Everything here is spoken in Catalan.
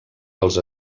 dels